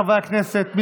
חברי הכנסת.